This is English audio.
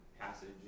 passage